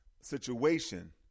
situation